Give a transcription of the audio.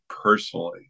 personally